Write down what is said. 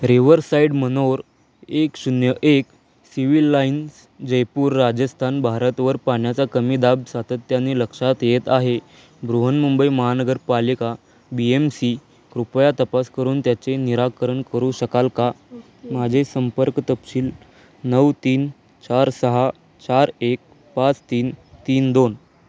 Riverside manor एक शून्य एक सिव्हिल लाईन्स जयपूर राजस्थान भारतवर पाण्याचा कमी दाब सातत्याने लक्षात येत आहे Brihanmumbai Mahanagarpalika B M C कृपया तपास करून त्याचे निराकरण करू शकाल का माझे संपर्क तपशील नऊ तीन चार सहा चार एक पाच तीन तीन दोन